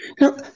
Now